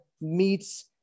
meets